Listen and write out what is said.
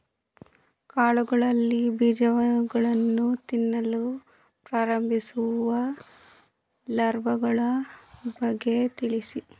ಕಾಳುಗಳಲ್ಲಿ ಬೀಜಗಳನ್ನು ತಿನ್ನಲು ಪ್ರಾರಂಭಿಸುವ ಲಾರ್ವಗಳ ಬಗ್ಗೆ ತಿಳಿಸಿ?